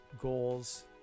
goals